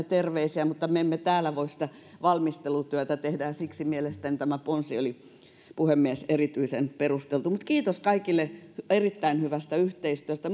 terveisiä mutta me emme täällä voi sitä valmistelutyötä tehdä ja siksi mielestäni tämä ponsi oli puhemies erityisen perusteltu kiitos kaikille erittäin hyvästä yhteistyöstä